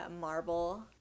marble